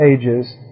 ages